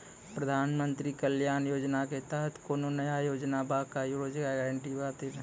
प्रधानमंत्री कल्याण योजना के तहत कोनो नया योजना बा का रोजगार गारंटी खातिर?